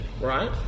Right